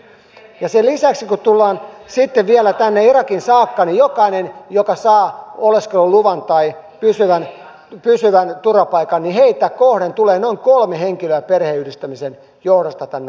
sen lisäksi kun tullaan sitten vielä tänne irakiin saakka niin jokaista joka saa oleskeluluvan tai pysyvän turvapaikan kohden tulee noin kolme henkilöä perheenyhdistämisen johdosta tänne maahan